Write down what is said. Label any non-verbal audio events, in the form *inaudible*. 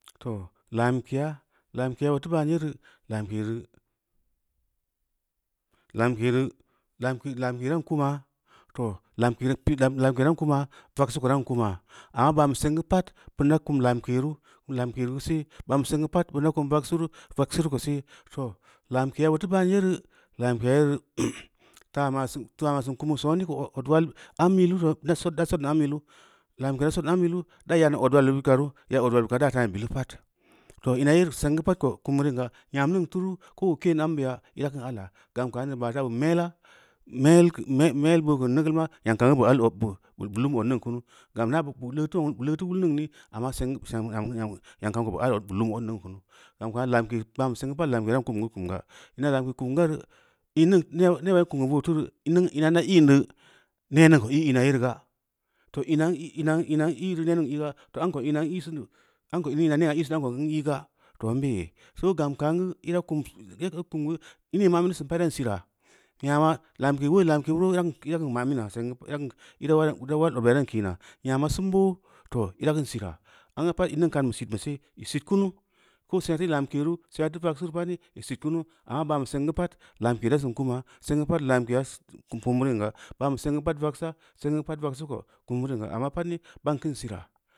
Toh lamkeya a-lamkeya o to ban yeru lamkerulamkeru-lamkeru tun kuma toh lamkeru tun kuma vaksu ko dan kuma amma banni seŋgu paát bu abda kum lamkeru-lamkeru, vaksuwa ko sé banu seŋgu paátt nda kum vakswu, vakswu ko sé toh lamkeyu o tu baan yeru lamkeyu yeru *noise* ta masun ta masun kumu sone ku ot wal am yiluúru da yan ot wal kam bit karu ya ot wal karu da yan ot bilu paát, toh ina yeru seŋgu paát ot bilu paát toh ina yeru seŋgu paát ko kumurin ga nyam niŋ turu ko ku keń ambeyu nda kən gam kaáne í baa ta kume la mel ku mél ku mel bo’o ku nigil ma nyankam guu bu le tu le tu wul niŋne amma seŋ kunu nyam kam lamke kpaŋ seŋ bag lamke kum gu kum ga ina lamke kum garu an niŋ neba-neba o nkum ku bo’o turu nin nda indu nne niŋ ko i ina yeru gaá toh am ko ina ən i sun du am ke ina ən í sun du am koó an i gaa toh mmbeye so gam kanguru ida kumgu-ida kumgu an niŋ mamin sungu sai ida kun sira, nyamaá lamke woi lamke guu ida kun mamin na ida kun ida-wal-ida wal ot niŋ kina nyamaá siŋbo toh ida ku’un siraá. nyamaá siŋgbo toh ida ku’un siraa amgu paát lamke kunu amma banbu sengu pa’at lamkeya kum kum kumin ga ba’a mu sengu pa’at vaksa sengu pa’at vaksu ko’o kumurin ga’a amma páat ni ban kən siira.